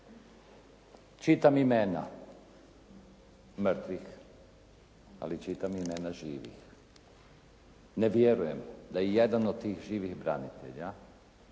Čitam imena mrtvih ali čitam imena živih. Ne vjerujem da je ijedan od tih živih branitelja